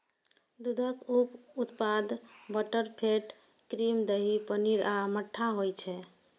दूधक उप उत्पाद बटरफैट, क्रीम, दही, पनीर आ मट्ठा होइ छै